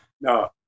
No